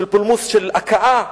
של הכאה,